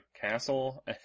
Castle